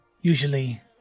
Usually